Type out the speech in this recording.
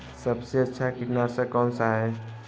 सबसे अच्छा कीटनाशक कौन सा है?